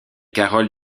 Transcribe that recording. carole